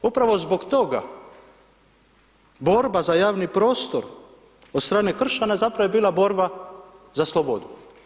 Upravo zbog toga borba za javni prostor od strane kršćana zapravo je bila borba za slobodu.